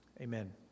Amen